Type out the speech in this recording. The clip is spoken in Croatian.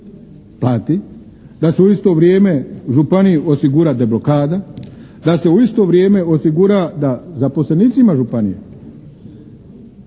da se u isto vrijeme županiji osigura deblokada, da se u isto vrijeme osigura da zaposlenicima županije